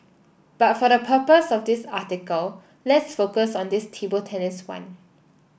but for the purpose of this article let's focus on this table tennis one